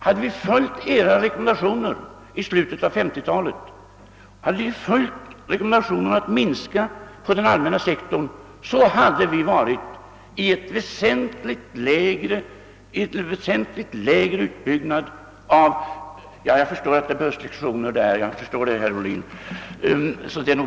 Hade vi följt era rekommendationer i slutet av 1950-talet att minska på den allmänna sektorn, hade vi fått en väsentligt lägre utbyggnadstakt.